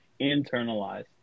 internalized